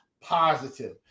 positive